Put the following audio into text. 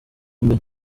imbere